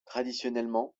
traditionnellement